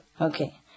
Okay